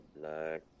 black